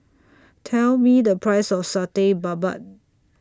Tell Me The Price of Satay Babat